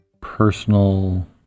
personal